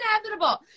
inevitable